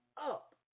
up